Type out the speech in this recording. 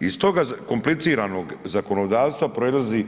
Iz toga kompliciranog zakonodavstva proizlazi